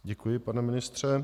Děkuji, pane ministře.